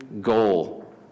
goal